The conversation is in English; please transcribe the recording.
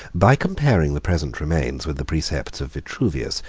by comparing the present remains with the precepts of vitruvius,